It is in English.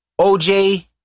OJ